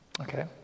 Okay